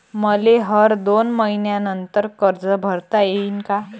मले हर दोन मयीन्यानंतर कर्ज भरता येईन का?